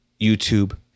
YouTube